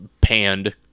panned